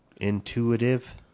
intuitive